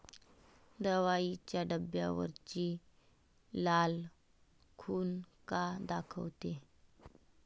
दवाईच्या डब्यावरची लाल खून का दाखवते?